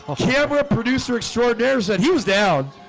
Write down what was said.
camera producer extraordinaire said he was down.